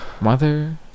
Mother